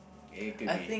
it could be